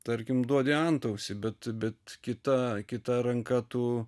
tarkim duodi antausį bet bet kita kita ranka tu